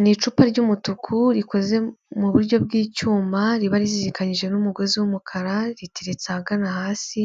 Ni icupa ry'umutuku rikoze mu buryo bw'icyuma, riba rizirikanyije n'umugozi w'umukara, riteriretse ahagana hasi,